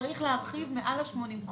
צריך להרחיב מעל 80 קילומטר.